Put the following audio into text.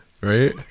right